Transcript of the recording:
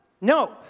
No